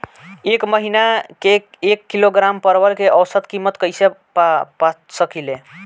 एक महिना के एक किलोग्राम परवल के औसत किमत कइसे पा सकिला?